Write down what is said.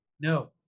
No